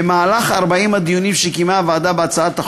במהלך 40 הדיונים שקיימה הוועדה בהצעת החוק,